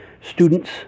students